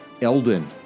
Elden